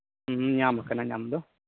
ᱧᱟᱢᱟᱠᱟᱱᱟ ᱧᱟᱢ ᱫᱚ